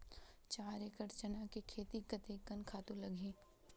चार एकड़ चना के खेती कतेकन खातु लगही?